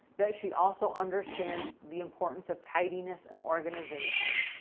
that she also understands the importance of tidiness and organization.